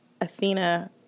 Athena